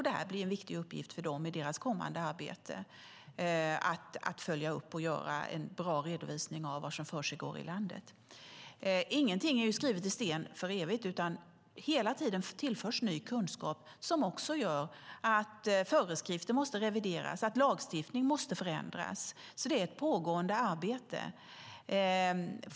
Det blir en viktig uppgift för dem i deras kommande arbete att följa upp och lägga fram en bra redovisning av vad som försiggår i landet. Ingenting är skrivet i sten för evigt, utan hela tiden tillförs ny kunskap som gör att föreskrifter måste revideras och lagstiftning måste förändras. Det är ett pågående arbete.